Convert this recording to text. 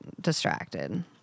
distracted